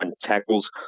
tackles